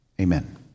Amen